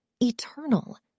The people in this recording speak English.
eternal